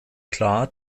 klar